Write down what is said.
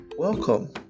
Welcome